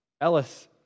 Ellis